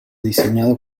diseñado